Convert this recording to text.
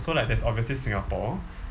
so like there's obviously singapore